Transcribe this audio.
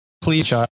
please